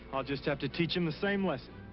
i'll just have to teach him the same lesson.